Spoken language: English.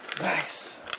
Nice